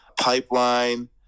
Pipeline